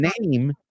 name